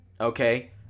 Okay